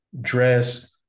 dress